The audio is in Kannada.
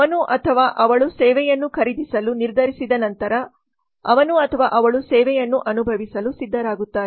ಅವನು ಅಥವಾ ಅವಳು ಸೇವೆಯನ್ನು ಖರೀದಿಸಲು ನಿರ್ಧರಿಸಿದ ನಂತರ ಅವನು ಅಥವಾ ಅವಳು ಸೇವೆಯನ್ನು ಅನುಭವಿಸಲು ಸಿದ್ಧರಾಗುತ್ತಾರೆ